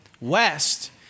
west